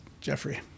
Jeffrey